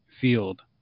field